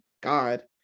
God